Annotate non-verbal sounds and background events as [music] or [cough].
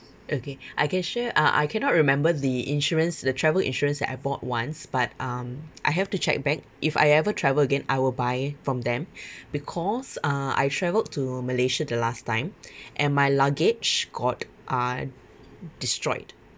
okay I can share uh I cannot remember the insurance the travel insurance that I bought once but um I have to check back if I ever travel again I will buy from them [breath] because uh I travelled to malaysia the last time [breath] and my luggage got uh destroyed